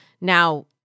Now